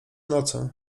nocą